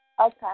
Okay